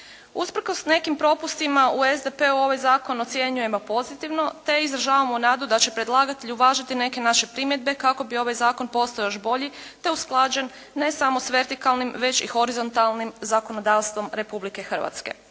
Usprkos nekim propustima u SDP-u ovaj zakon ocjenjujemo pozitivno, te izražavamo nadu da će predlagatelj uvažiti neke naše primjedbe kako bi ovaj zakon postao još bolji, te usklađen ne samo sa vertikalnim već i horizontalnim zakonodavstvom Republike Hrvatske.